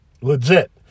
legit